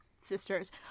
sisters